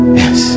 yes